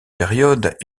période